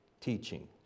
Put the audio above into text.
teaching